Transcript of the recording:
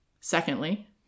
Secondly